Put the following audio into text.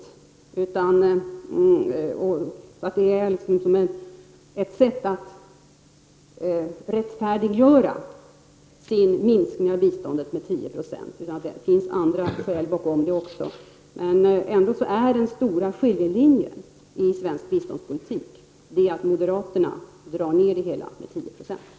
Det kan inte vara av sparnit som de vill rättfärdiga sin vilja att minska biståndet med 10 96, utan det måste finnas också andra skäl till detta ställningstagande. Den stora skiljelinjen i svensk biståndspolitik är ändå att moderaterna vill dra ner på biståndet med hela 10 96.